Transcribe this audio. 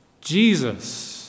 Jesus